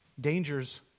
dangers